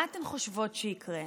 מה אתן חושבות שיקרה?